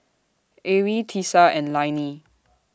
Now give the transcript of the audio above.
Arie Tisa and Lainey